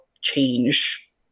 change